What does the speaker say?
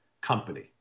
company